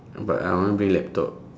but I want bring laptop